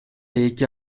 эки